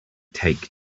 take